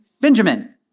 Benjamin